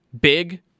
Big